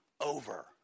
over